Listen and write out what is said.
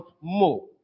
more